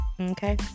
okay